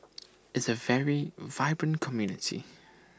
is A very vibrant community